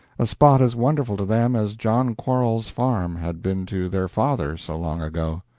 a spot as wonderful to them as john quarles's farm had been to their father, so long ago.